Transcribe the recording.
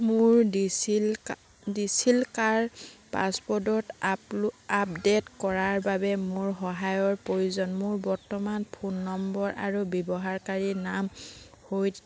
মোৰ ডিচিল ডিচিলকাৰ পাছৱৰ্ডত আপল' আপডে'ট কৰাৰ বাবে মোৰ সহায়ৰ প্ৰয়োজন মোৰ বৰ্তমান ফোন নম্বৰ আৰু ব্যৱহাৰকাৰী নাম হৈ